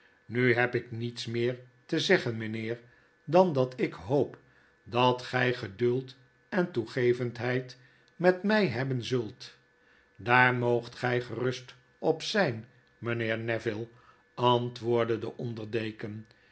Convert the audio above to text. nu heb ik niets meer te zeggen mijnheer dan dat ik hoop dat gy geduld en toegevendheid met my hebben zult w daar moogt gij gerust op zijn mijnheer neville antwoordde de onder deken